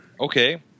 okay